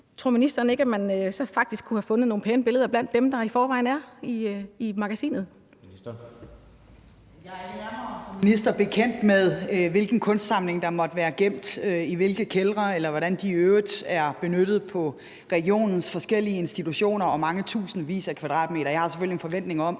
Søe): Ministeren. Kl. 13:20 Indenrigs- og sundhedsministeren (Sophie Løhde): Jeg er som minister ikke nærmere bekendt med, hvilken kunstsamling der måtte være gemt i hvilke kældre, eller hvordan det i øvrigt er benyttet på regionernes forskellige institutioner og mange tusindvis af kvadratmeter. Jeg har selvfølgelig en forventning om,